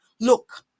look